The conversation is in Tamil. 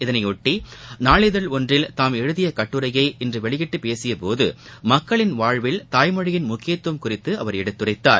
இதனையொட்டி நாளிதழ் ஒன்றில் தாம் எழுதிய கட்டுரையை இன்று வெளியிட்டு பேசியபோது மக்களின் வாழ்வில் தாய்மொழியின் முக்கியத்துவம் குறித்து அவர் எடுத்துரைத்தார்